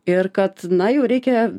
ir kad na jau reikia